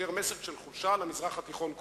שידר מסר של חולשה למזרח התיכון כולו".